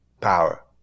power